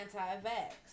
anti-vax